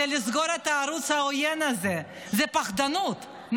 כדי לסגור את הערוץ העוין הזה, זאת פחדנות.